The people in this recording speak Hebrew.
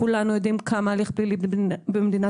כולנו יודעים כמה הליך פלילי יכול לערוך,